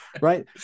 right